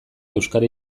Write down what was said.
euskara